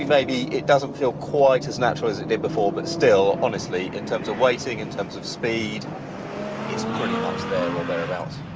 maybe it doesn't feel quite as natural as it did before but still, honestly, in terms of weighting, in terms of speed it's pretty much there um or thereabouts.